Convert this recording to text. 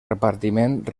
repartiment